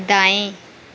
दाएं